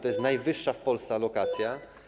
To jest najwyższa w Polsce alokacja.